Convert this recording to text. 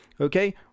okay